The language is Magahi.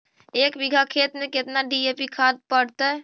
एक बिघा खेत में केतना डी.ए.पी खाद पड़तै?